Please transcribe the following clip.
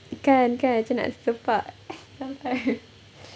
kan kan macam nak sepak jer kan